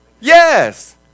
Yes